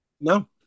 No